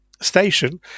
station